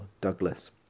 Douglas